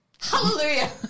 Hallelujah